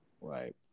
Right